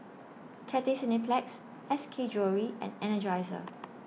Cathay Cineplex S K Jewellery and Energizer